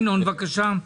ינון, בבקשה.